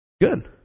Good